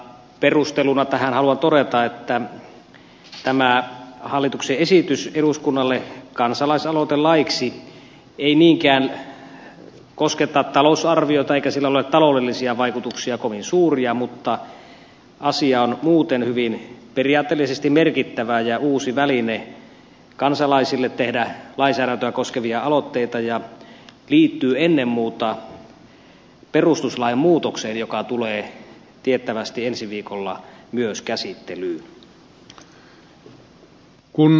perusteluna tähän haluan todeta että tämä hallituksen esitys eduskunnalle kansalaisaloitelaiksi ei niinkään kosketa talousarviota eikä sillä ole taloudellisia vaikutuksia kovin suuria mutta asia on muuten hyvin periaatteellisesti merkittävä ja uusi väline kansalaisille tehdä lainsäädäntöä koskevia aloitteita ja liittyy ennen muuta perustuslain muutokseen joka tulee tiettävästi ensi viikolla myös käsittelyyn